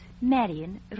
Marion